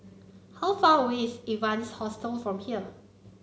how far away is Evans Hostel from here